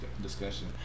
discussion